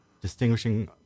distinguishing